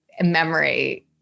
memory